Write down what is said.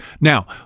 Now